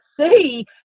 see